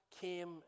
came